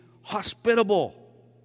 hospitable